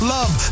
Love